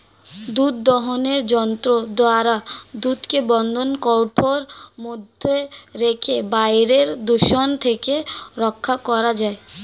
দুধ দোহনের যন্ত্র দ্বারা দুধকে বন্ধ কৌটোর মধ্যে রেখে বাইরের দূষণ থেকে রক্ষা করা যায়